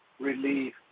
relief